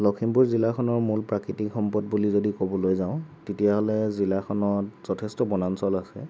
লখিমপুৰ জিলাখনৰ মূল প্ৰাকৃতিক সম্পদ বুলি যদি ক'বলৈ যাওঁ তেতিয়াহ'লে জিলাখনত যথেষ্ট বনাঞ্চল আছে